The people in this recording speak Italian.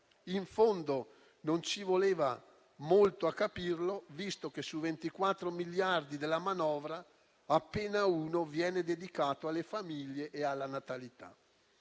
In fondo non ci voleva molto a capirlo, visto che, su 24 miliardi della manovra, appena 1 miliardo viene dedicato alle famiglie e alla natalità.